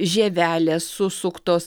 žievelės susuktos